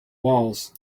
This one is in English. walls